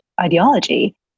ideology